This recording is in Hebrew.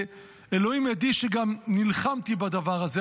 ואלוהים עדי שגם נלחמתי בדבר הזה,